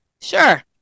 Sure